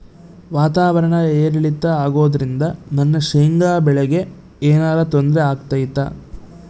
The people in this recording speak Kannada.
ವಾತಾವರಣ ಏರಿಳಿತ ಅಗೋದ್ರಿಂದ ನನ್ನ ಶೇಂಗಾ ಬೆಳೆಗೆ ಏನರ ತೊಂದ್ರೆ ಆಗ್ತೈತಾ?